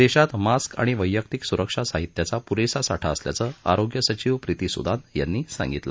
देशात मास्क आणि वैयक्तिक सुरक्षा साहित्याचा पुरेसा साठा असल्याचं आरोग्य सचिव प्रीती सुदान यांनी सांगितलं